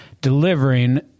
delivering